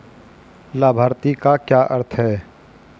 लाभार्थी का क्या अर्थ है?